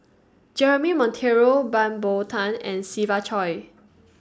Jeremy Monteiro Bow Tan and Siva Choy